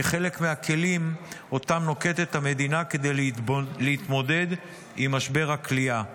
כחלק מהכלים שהמדינה נוקטת כדי להתמודד עם משבר הכליאה.